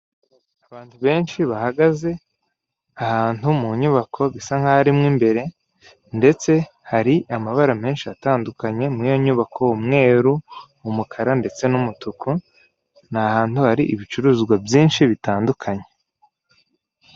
Abantu benshi bahagaze ahantu mu nyubako bisa nkaho ari mu imbere, ndetse hari amabara menshi atandukanye muri iyo nyubako, umweru, umukara ndetse n'umutuku ni ahantu hari ibicuruzwa byinshi bitandukanye.